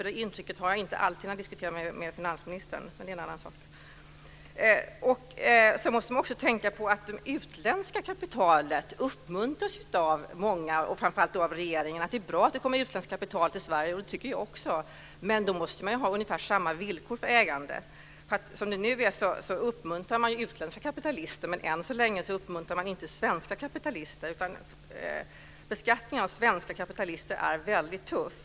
Det intrycket har jag inte alltid när jag diskuterar med finansministern, men det är en annan sak. Man måste också tänka på att det utländska kapitalet uppmuntras av många, framför allt av regeringen. Det är bra att det kommer utländskt kapital till Sverige. Det tycker jag också, men då måste man ju ha ungefär samma villkor för ägande. Som det nu är uppmuntrar man utländska kapitalister, men än så länge uppmuntrar man inte svenska kapitalister. Beskattningen av svenska kapitalister är väldigt tuff.